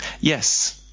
Yes